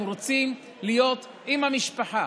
אנחנו רוצים להיות עם המשפחה,